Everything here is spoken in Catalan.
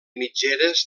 mitgeres